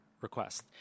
request